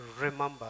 remember